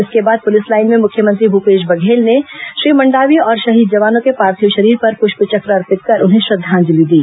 इसके बाद police line में मुख्यमंत्री भूपेश बघेल ने श्री मंडावी और शहीद जवानों के पार्थिव शरीर पर पुष्पचक्र अर्पित कर उन्हें श्रद्धांजलि दी